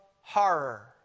horror